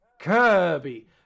kirby